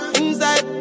inside